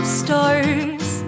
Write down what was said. stars